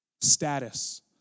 status